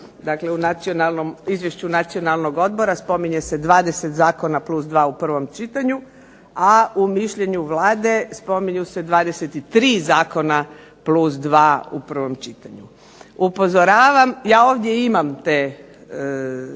Dakle, u Izvješću Nacionalnog odbora spominje se 20 zakona plus 2 u prvom čitanju, a u mišljenju Vlade spominju se 23 zakona plus 2 u prvom čitanju. Upozoravam ja ovdje imam te zakone